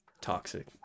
toxic